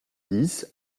dix